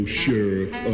sheriff